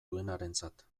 duenarentzat